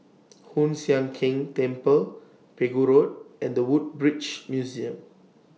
Hoon Sian Keng Temple Pegu Road and The Woodbridge Museum